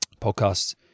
Podcasts